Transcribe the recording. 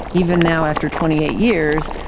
even now after twenty eight years,